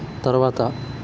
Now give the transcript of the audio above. తర్వాత